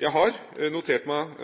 Jeg har notert meg